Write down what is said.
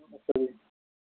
ਅੱਛਾ ਜੀ